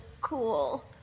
cool